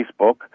Facebook